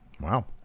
Wow